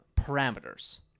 parameters